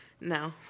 No